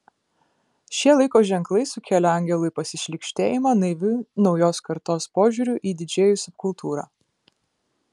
šie laiko ženklai sukėlė angelui pasišlykštėjimą naiviu naujos kartos požiūriu į didžėjų subkultūrą